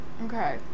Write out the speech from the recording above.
Okay